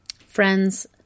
Friends